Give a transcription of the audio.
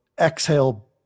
exhale